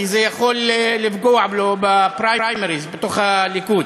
כי זה יכול לפגוע לו בפריימריז בתוך הליכוד,